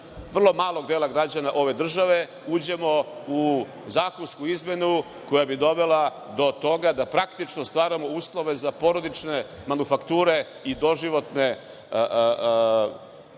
vrlo malog dela građana ove države, uđemo u zakonsku izmenu koja bi dovela do toga da praktično stvaramo uslove za porodične manufakture i doživotne